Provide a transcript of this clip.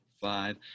five